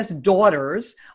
daughters